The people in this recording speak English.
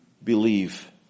believe